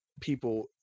people